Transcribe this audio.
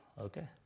Okay